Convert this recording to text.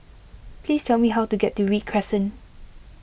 please tell me how to get to Read Crescent